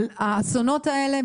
על האסונות האלה,